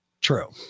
True